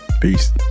peace